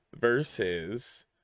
versus